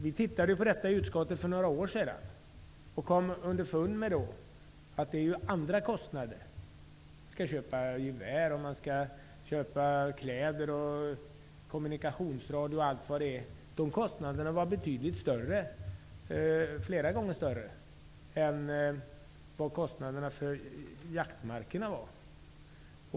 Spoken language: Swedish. Vi undersökte detta i utskottet för några år sedan och kom då underfund med att kostnaderna för att köpa gevär, kläder, kommunikationsradio, m.m. var flera gånger större än kostnaderna för jaktmarkerna.